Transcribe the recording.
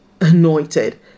anointed